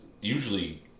usually